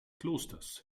klosters